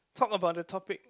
talk about the topic